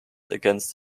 against